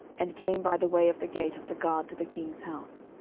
and came by the way of the gate of the guard to the king's house.